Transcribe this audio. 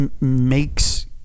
makes